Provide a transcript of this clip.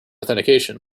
authentication